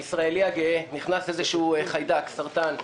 הישראלי הגאה, נכנס איזשהו חיידק, סרטן,